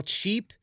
cheap